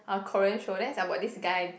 a Korean show then is about this guy